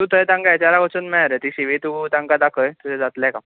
तू थंय तांका एच आराक वचून मेळ रे ती सि वी तुं तांकां दाखय तुजे जातले काम